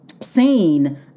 seen